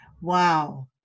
Wow